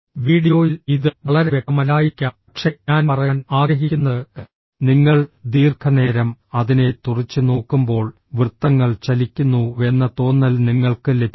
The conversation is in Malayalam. വീഡിയോയിൽ ഇത് വളരെ വ്യക്തമല്ലായിരിക്കാം പക്ഷേ ഞാൻ പറയാൻ ആഗ്രഹിക്കുന്നത് നിങ്ങൾ ദീർഘനേരം അതിനെ തുറിച്ചുനോക്കുമ്പോൾ വൃത്തങ്ങൾ ചലിക്കുന്നുവെന്ന തോന്നൽ നിങ്ങൾക്ക് ലഭിക്കും